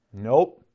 Nope